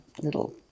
little